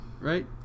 Right